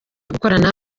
gukorana